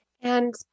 And-